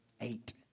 Eight